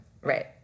right